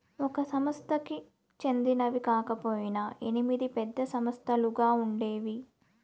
ఒక సంస్థకి చెందినవి కాకపొయినా ఎనిమిది పెద్ద సంస్థలుగా ఉండేవి